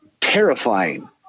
terrifying